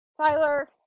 Tyler